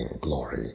glory